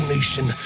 Nation